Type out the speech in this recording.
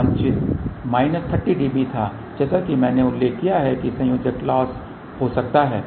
वांछित minus 30 dB था जैसा कि मैंने उल्लेख किया है कि संयोजक लॉस हो सकता है